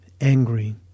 angry